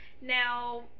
Now